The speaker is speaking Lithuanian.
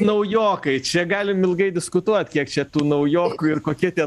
naujokai čia galim ilgai diskutuot kiek čia tų naujokų ir kokie tie